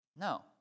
No